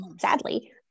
sadly